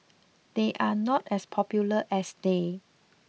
they are not as popular as they